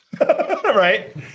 right